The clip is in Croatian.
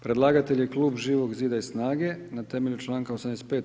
Predlagatelj je klub Živog zida i SNAGA-e na temelju članka 85.